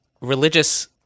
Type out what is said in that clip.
religious